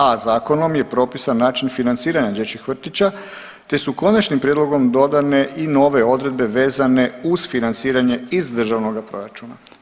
A zakonom je propisan način financiranja dječjih vrtića te su konačnim prijedlogom dodane i nove odredbe vezane uz financiranje iz državnoga proračuna.